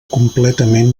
completament